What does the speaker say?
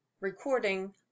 Recording